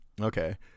Okay